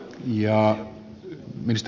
arvoisa puhemies